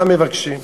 מה מבקשים?